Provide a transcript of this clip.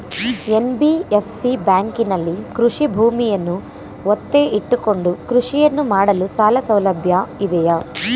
NBFC ಬ್ಯಾಂಕಿನಲ್ಲಿ ಕೃಷಿ ಭೂಮಿಯನ್ನು ಒತ್ತೆ ಇಟ್ಟುಕೊಂಡು ಕೃಷಿಯನ್ನು ಮಾಡಲು ಸಾಲಸೌಲಭ್ಯ ಇದೆಯಾ?